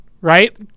Right